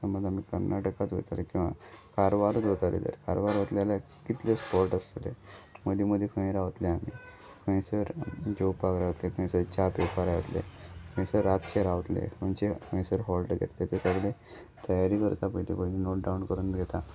समज आमी कर्नाटकांत वयताले किंवां कारवारूत वताले तर कारवार वावतले जाल्यार कितले स्पोट आसतले मदीं मदीं खंय रावतले आमी खंयसर जेवपाक रावतले खंयसर च्या पिवपाक रावतले खंयसर रातचे रावतले खंयचे खंयसर हॉल्ट घेतलें तें सगले तयारी करता पयलीं पयली नोट डावन करून घेता